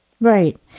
Right